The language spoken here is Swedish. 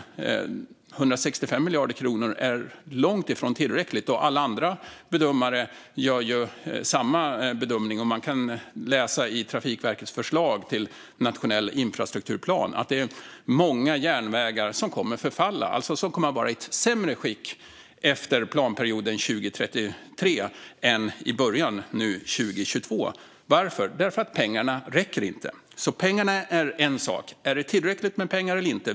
165 miljarder kronor är långt ifrån tillräckligt, och alla andra bedömare tycker samma sak. Man kan läsa i Trafikverkets förslag till nationell infrastrukturplan att det är många järnvägar som kommer att förfalla och alltså vara i ett sämre skick efter planperioden 2033 än nu i början, 2022. Varför? Jo, därför att pengarna inte räcker. Pengarna är alltså en sak. Är det tillräckligt med pengar eller inte?